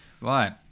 Right